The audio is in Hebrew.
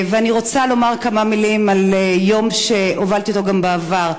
ואני רוצה לומר כמה מילים על יום שהובלתי גם בעבר.